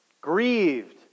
Grieved